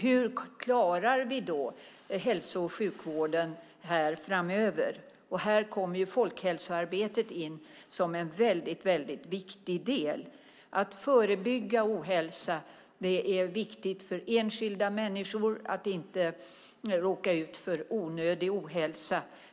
Hur klarar vi då hälso och sjukvården framöver? Här kommer folkhälsoarbetet och förebyggandet av ohälsa in som en väldigt viktig del. Det är viktigt för enskilda människor att inte råka ut för onödig ohälsa.